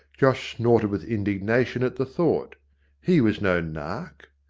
josh snorted with indig nation at the thought he was no nark!